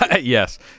Yes